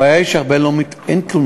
הבעיה היא שאין תלונות.